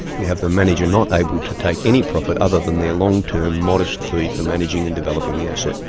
you'd have the manager not able to take any profit other than their long-term, modest fee for managing and developing the asset.